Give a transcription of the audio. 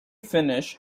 finnish